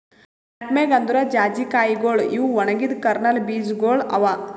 nutmeg ಅಂದುರ್ ಜಾಯಿಕಾಯಿಗೊಳ್ ಇವು ಒಣಗಿದ್ ಕರ್ನಲ್ ಬೀಜಗೊಳ್ ಅವಾ